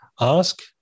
ask